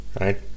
right